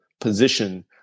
position